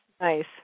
nice